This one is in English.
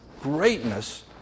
greatness